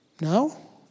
No